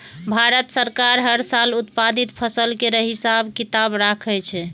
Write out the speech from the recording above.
भारत सरकार हर साल उत्पादित फसल केर हिसाब किताब राखै छै